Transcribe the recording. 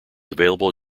available